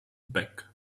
back